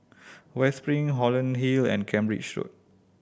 West Spring Holland Hill and Cambridge Road